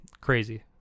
Crazy